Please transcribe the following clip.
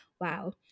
Wow